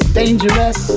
dangerous